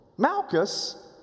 Malchus